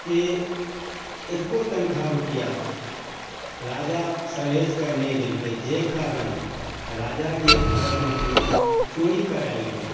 के एको तनख्वा ह रुपआ राजा सहलहेशके नहि देलकै जाहि कारण राजाकेँ घरमे चोरी कराएल गेलै